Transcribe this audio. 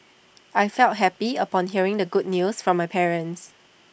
I felt happy upon hearing the good news from my parents